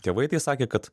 tėvai tai sakė kad